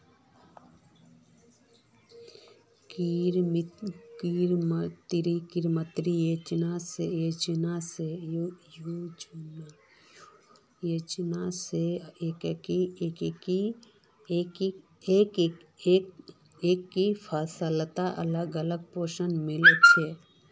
कृत्रिम चयन स एकके फसलत अलग अलग पोषण मिल छे